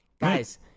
Guys